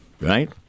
Right